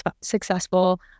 successful